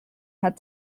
had